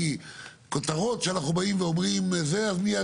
בכותרות כשאנחנו באים ואומרים אז מיד